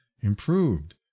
improved